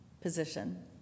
position